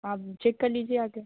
आप चेक कर लीजिए आ कर